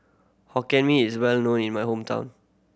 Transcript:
Hokkien Mee is well known in my hometown